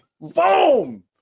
Boom